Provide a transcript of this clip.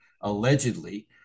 allegedly